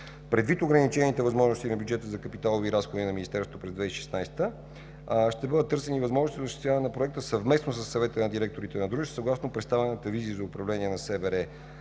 Предвид ограничените възможности на бюджета за капиталови разходи на Министерството, през 2016 г. ще бъдат търсени възможности за осъществяване на проекта съвместно със Съвета на директорите на дружеството, съгласно представената визия за управление на СБР